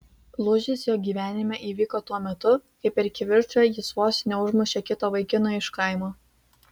lūžis jo gyvenime įvyko tuo metu kai per kivirčą jis vos neužmušė kito vaikino iš kaimo